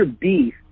beef